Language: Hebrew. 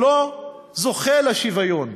הוא לא זוכה לשוויון